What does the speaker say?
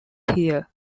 here